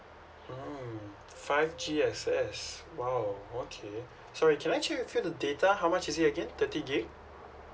mm five G access !wow! okay sorry can I check with you the data how much is it again thirty gig